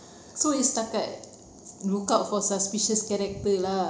so he stuck at lookout for suspicious character lah